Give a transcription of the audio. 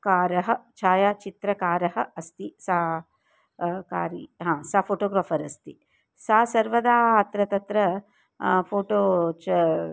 कारः छायाचित्रकारः अस्ति सा कारि सा फ़ोटोग्राफ़र् अस्ति सा सर्वदा अत्र तत्र फ़ोटो च